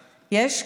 יש?